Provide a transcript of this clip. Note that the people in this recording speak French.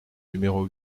numéro